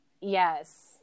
Yes